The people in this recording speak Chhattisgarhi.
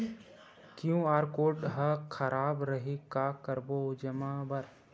क्यू.आर कोड हा खराब रही का करबो जमा बर?